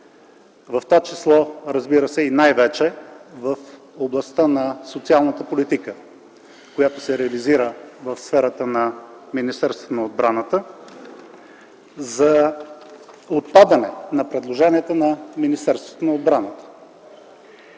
в това число, разбира се и най-вече, в областта на социалната политика, която се реализира в сферата на Министерството на отбраната, за отпадане на предложенията на Министерството на отбраната.